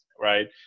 right